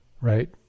right